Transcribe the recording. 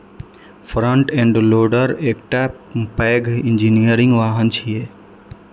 front end loader एकटा पैघ engineering वाहन छियै